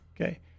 Okay